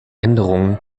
änderungen